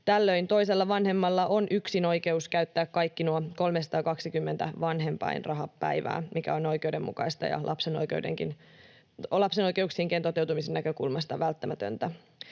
Tällöin toisella vanhemmalla on yksinoikeus käyttää kaikki nuo 320 vanhempainrahapäivää, mikä on oikeudenmukaista ja lapsen oikeuksien toteutumisenkin näkökulmasta välttämätöntä.